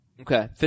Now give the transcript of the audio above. Okay